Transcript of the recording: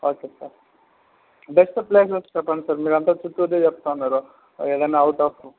okay sir best places చెప్పండి sir మీరు అంతా చిత్తూరుదే చెప్తున్నారు ఏదైనా అవుట్ ఆఫ్